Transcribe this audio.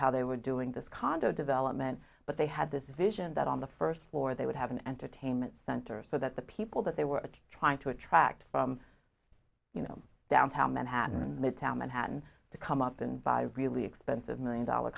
how they were doing this condo development but they had this vision that on the first floor they would have an entertainment center so that the people that they were trying to attract you know downtown manhattan midtown manhattan to come up and buy really expensive million dollar